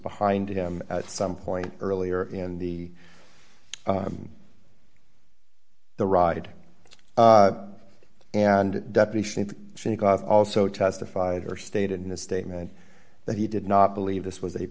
behind him at some point earlier in the the ride and she got also testified or stated in the statement that he did not believe this was a